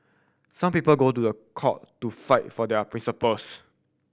some people go to the court to fight for their principles